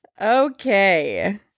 Okay